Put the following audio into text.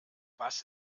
was